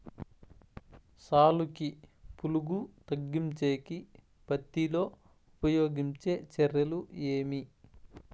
సాలుకి పులుగు తగ్గించేకి పత్తి లో ఉపయోగించే చర్యలు ఏమి?